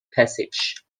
passage